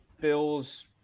Bills